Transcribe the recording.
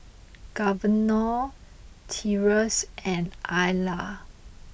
Governor Tyrus and Alia